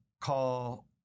call